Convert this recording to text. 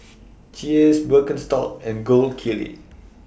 Cheers Birkenstock and Gold Kili